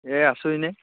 এই আছোঁ এনেই